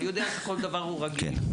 אני יודע שכל דבר הוא רגיש,